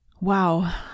wow